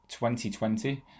2020